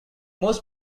most